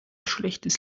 schlechtes